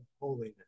holiness